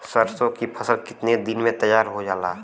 सरसों की फसल कितने दिन में तैयार हो जाला?